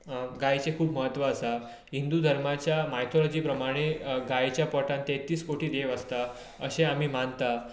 गायचे खूब म्हत्व आसा हिंदू धर्माच्या मायथोलोजी प्रमाणे गायच्या पोटांत तैतीस कोटि देव आसता अशें आमी मानता